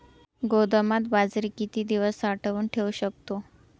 गोदामात बाजरी किती दिवस साठवून ठेवू शकतो?